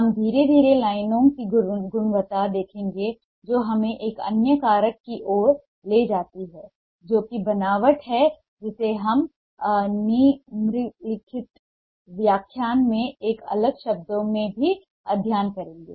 हम धीरे धीरे लाइन की गुणवत्ता देखेंगे जो हमें एक अन्य कारक की ओर ले जाती है जो कि बनावट है जिसे हम निम्नलिखित व्याख्यान में एक अलग शब्द में भी अध्ययन करेंगे